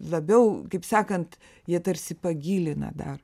labiau kaip sakant jie tarsi pagilina dar